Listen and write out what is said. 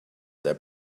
their